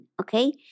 okay